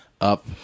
up